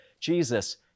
Jesus